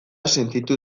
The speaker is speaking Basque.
sentitu